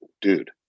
dude